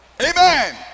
Amen